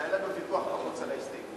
אז היה לנו ויכוח בחוץ על ההסתייגות.